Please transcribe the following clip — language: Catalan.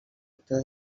actor